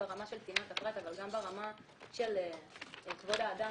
של צנעת הפרט אבל גם ברמה של כבוד האדם